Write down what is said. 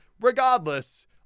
regardless